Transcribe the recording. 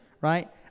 right